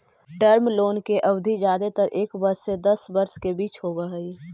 term loan के अवधि जादेतर एक वर्ष से दस वर्ष के बीच होवऽ हई